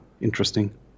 interesting